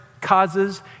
causes